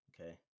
Okay